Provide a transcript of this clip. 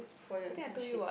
for your internship